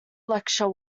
lecture